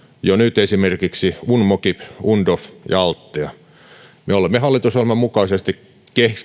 jo nyt esimerkiksi unmogip undof ja althea me olemme hallitusohjelman mukaisesti